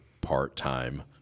part-time